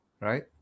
right